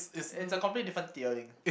it's a completely different